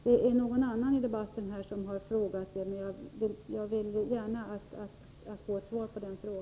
Det är inte bara jag i den här debatten som ställer den frågan. Jag vill gärna ha ett svar.